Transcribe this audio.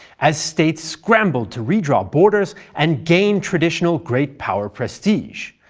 as states scrambled to redraw borders and gain traditional great power prestige,